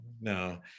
no